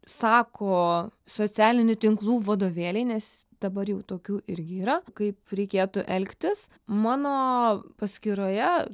sako socialinių tinklų vadovėliai nes dabar jau tokių irgi yra kaip reikėtų elgtis mano paskyroje